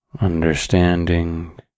understanding